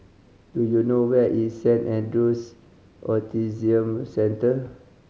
do you know where is Saint Andrew's Autism Centre